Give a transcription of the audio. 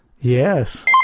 Yes